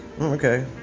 okay